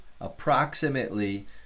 approximately